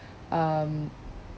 um